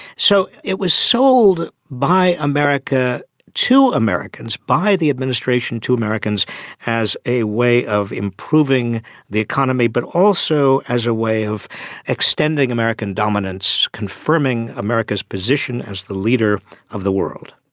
so it was sold by america to americans, by the administration to americans as a way of improving the economy but also as a way of extending american dominance, confirming america's position as the leader of the world.